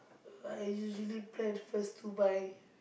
I usually plan first two buy